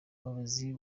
umuyobozi